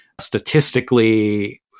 statistically